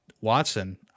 Watson